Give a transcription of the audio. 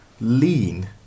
Lean